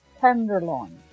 tenderloin